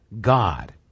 God